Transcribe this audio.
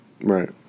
Right